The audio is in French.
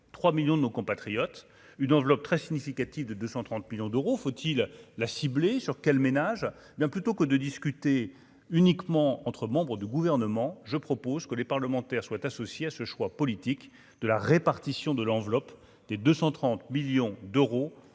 3 millions de nos compatriotes une enveloppe très significative de 230 millions d'euros, faut-il la cibler sur quel ménage mais plutôt que de discuter uniquement entre membres du gouvernement, je propose que les parlementaires soient associés à ce choix politique, de la répartition de l'enveloppe des 230 millions d'euros